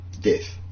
death